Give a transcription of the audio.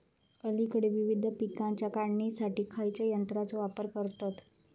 अलीकडे विविध पीकांच्या काढणीसाठी खयाच्या यंत्राचो वापर करतत?